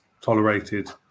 tolerated